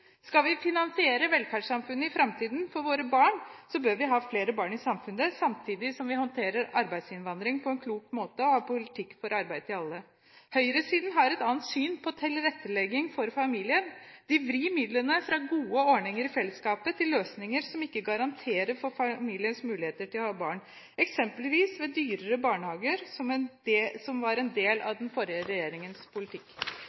Skal vi finansiere velferdssamfunnet for våre barn i framtiden, bør vi ha flere barn samtidig som vi håndterer arbeidsinnvandring på en klok måte og har politikk som gir arbeid til alle. Høyresiden har et annet syn på tilrettelegging for familien. De vrir midlene fra gode ordninger i fellesskapet til løsninger som ikke garanterer for familiens muligheter til å ha barn – eksempelvis ved dyrere barnehager, som var en del av den forrige regjeringens politikk.